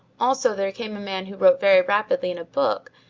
also there came a man who wrote very rapidly in a book,